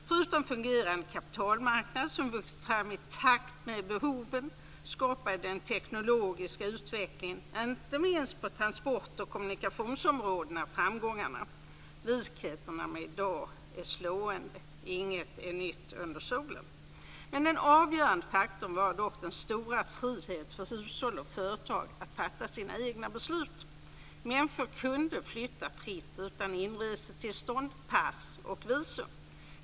Förutom den fungerande kapitalmarknaden som vuxit fram i takt med behoven, skapade den teknologiska utvecklingen, inte minst på transport och kommunikationsområdena, framgångarna. Likheterna med i dag är slående. Inget är nytt under solen. Men den avgörande faktorn var dock den stora friheten för hushåll och företag att fatta sina egna beslut. Människor kunde flytta fritt utan inresetillstånd, pass och visum.